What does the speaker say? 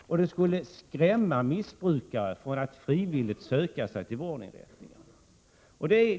och det skulle skrämma missbrukare från att frivilligt söka sig till vårdinrättningarna.